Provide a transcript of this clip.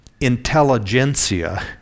intelligentsia